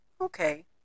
okay